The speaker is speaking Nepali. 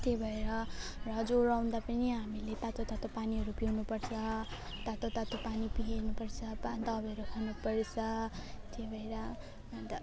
त्यही भएर र ज्वरो आउँदा पनि हामीले तातो तातो पानीहरू पिउनुपर्छ तातो तातो पानी पिइरहनुपर्छ पा दबाईहरू खानुपर्छ त्यही भएर अन्त